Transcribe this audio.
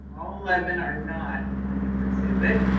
all eleven are not going to pursue it